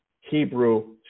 Hebrew